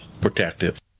protective